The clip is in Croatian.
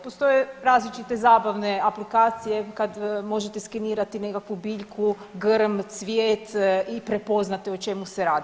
Postoje različite zabavne aplikacije kad možete skenirati nekakvu biljku, grm, cvijet i prepoznate o čemu se radi.